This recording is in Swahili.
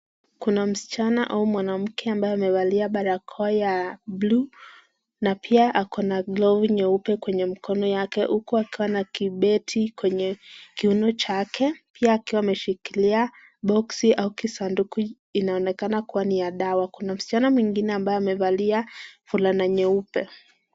Kuna msichana au mwanamke ambaye amevalia barakoa ya blue na pia ako na glavu nyeupe kwenye mkono yake huku akiwa na kibeti kwenye kiuno chake. Pia akiwa ameshikilia boksi au kisanduku inaonekana kuwa ni ya dawa. Kuna msichana mwingine ambaye amevalia fulana nyeupe.